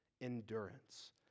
endurance